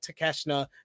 Takeshna